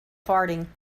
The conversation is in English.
farting